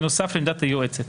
בנוסף לעמדת היועצת.